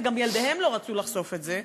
וגם ילדיהם לא רצו לחשוף את זה,